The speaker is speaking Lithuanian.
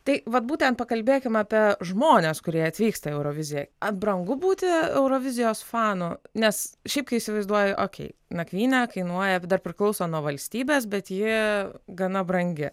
tai vat būtent pakalbėkime apie žmones kurie atvyksta į euroviziją ar brangu būti eurovizijos fanu nes šiaip kai įsivaizduoji okei nakvynė kainuoja dar priklauso nuo valstybės bet ji gana brangi